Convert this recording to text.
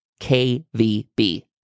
KVB